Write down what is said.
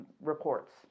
Reports